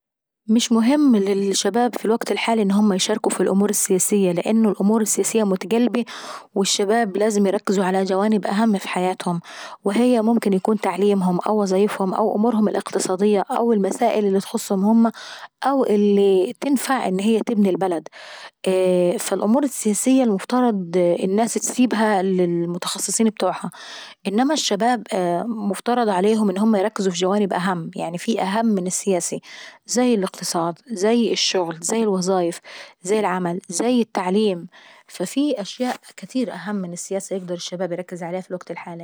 مش مهم للشباب في الوقت الحالي ان هما يشاركوا في الأمور السياسية. لان الأمور السياسية متقلبة والشباب لازم يركزوا على جوانب أهم اف حياتهم وهي ممكن اتكون تعليمهم او وظايفهم او امورهم الاقتصادية او المسائل اللي تخصهم هما، أو اللي تنفع ان هي تبني البلد فالامور السياسية المفروض الناس تسيبها للمتخثثين بتوعها. أما الشباب فمفترض عليهم ان هما يركزوا في جوانب أهم، يعني في أهم من السياسية: زي الاقتصاد زي الشغل زي الوظايف زي العمل زي التعليم. ففي حاجات كاتيرة يقدر الشباب ان هو يركز عليها في الوقت الحالاي.